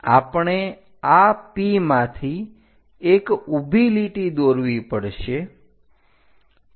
હવે આપણે આ P માંથી એક ઊભી લીટી દોરવી પડશે